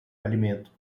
alimento